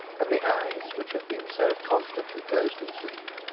and the eyes, which had been so constantly closed in sleep,